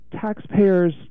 taxpayers